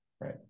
right